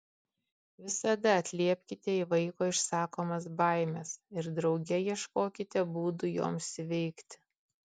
visada atliepkite į vaiko išsakomas baimes ir drauge ieškokite būdų joms įveikti